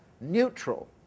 neutral